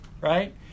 right